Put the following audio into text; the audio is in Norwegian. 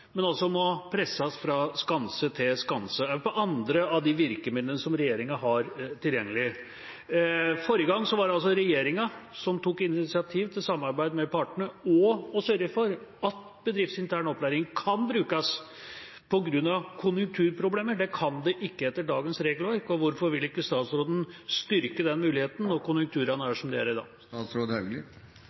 men må presses fra skanse til skanse – også når det gjelder andre av de virkemidlene som regjeringa har tilgjengelig. Forrige gang var det regjeringa som tok initiativ til samarbeid med partene og sørget for at bedriftsintern opplæring kunne brukes på grunn av konjunkturproblemer. Det kan det ikke etter dagens regelverk. Hvorfor vil ikke statsråden styrke den muligheten når konjunkturene er som de er i dag?